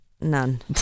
None